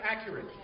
accurate